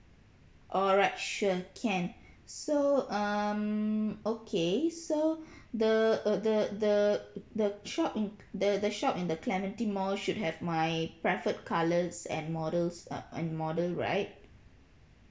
alright sure can so um okay so the uh the the the shop in the the shop in the clementi mall should have my preferred colours and models uh and model right